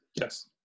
yes